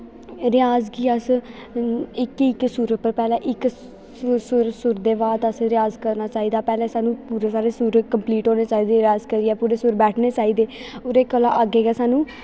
रिआज़ गी अस इक इक सुर पर पैह्ले इक सुर दे बाद रिआज़ करना चाहिदा पैह्ले सानूं पूरे पैह्लें सुर कंपलीट होने चाहिदे ऐं रिआज़ करियै पूरे सुर बैठने चाहिदे ओह्दे कोला अग्गें गै सानूं